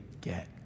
get